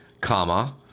comma